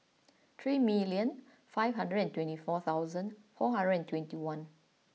three million five hundred and twenty four thousand four hundred and twenty one